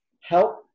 help